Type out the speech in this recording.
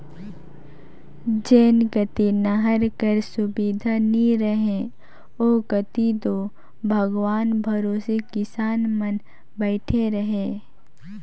जेन कती नहर कर सुबिधा नी रहें ओ कती दो भगवान भरोसे किसान मन बइठे रहे